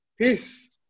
peace